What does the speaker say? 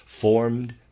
formed